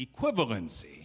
equivalency